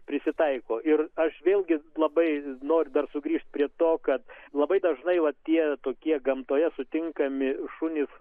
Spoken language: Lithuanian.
prisitaiko ir aš vėlgi labai noriu dar sugrįžti prie to kad labai dažnai va tie tokie gamtoje sutinkami šunys